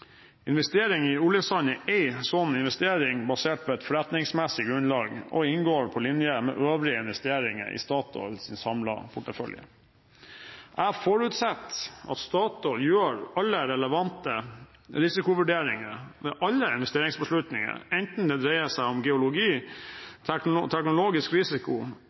Investering i oljesand er en slik investering basert på et forretningsmessig grunnlag og inngår på linje med øvrige investeringer i Statoils samlede portefølje. Jeg forutsetter at Statoil gjør alle relevante risikovurderinger ved alle investeringsbeslutninger, enten det dreier seg om geologi, teknologisk risiko,